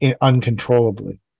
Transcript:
uncontrollably